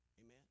Amen